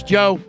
Joe